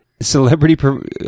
celebrity